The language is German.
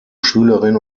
schülerin